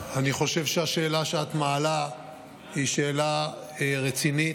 חושב שהשאלה שאת מעלה היא שאלה רצינית.